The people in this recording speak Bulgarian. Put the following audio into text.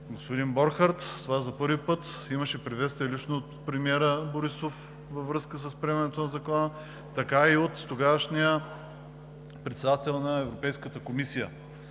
господин Борхард. Тогава за първи път имаше приветствие лично от премиера Борисов във връзка с приемането на Закона, така и от тогавашния председател на Европейската комисия,